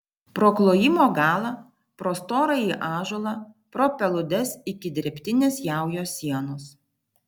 pro klojimo galą pro storąjį ąžuolą pro peludes iki drėbtinės jaujos sienos